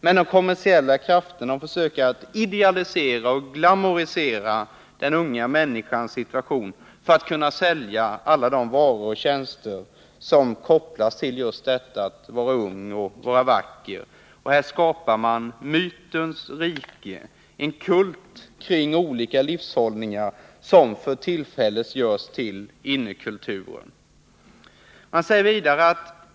Men de kommersiella krafterna försöker idealisera och glamorisera den unga människans situation för att kunna sälja alla de varor och tjänster som kopplas till detta att vara ung och vacker. Här skapas mytens rike, en kult kring olika livshållningar som för tillfället görs till innekultur.